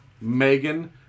Megan